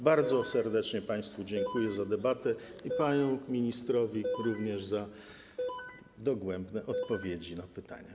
Bardzo serdecznie państwu dziękuję za debatę, a panu ministrowi również za dogłębne odpowiedzi na pytania.